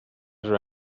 there